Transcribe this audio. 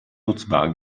nutzbar